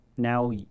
now